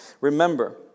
Remember